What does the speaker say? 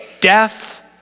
death